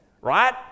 right